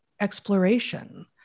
exploration